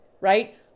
right